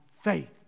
faith